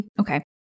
okay